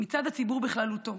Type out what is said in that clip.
מצד הציבור בכללותו,